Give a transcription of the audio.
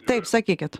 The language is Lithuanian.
taip sakykit